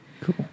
Cool